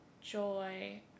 joy